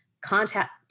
contact